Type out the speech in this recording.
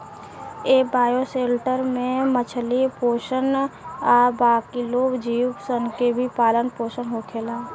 ए bioshelter में मछली पोसल आ बाकिओ जीव सन के भी पालन पोसन होखेला